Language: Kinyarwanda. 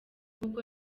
nk’uko